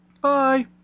Bye